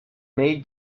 made